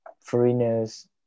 foreigners